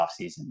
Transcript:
offseason